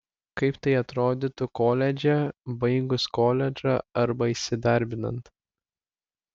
kaip tai atrodytų koledže baigus koledžą arba įsidarbinant